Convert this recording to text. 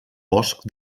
bosc